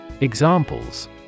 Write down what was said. Examples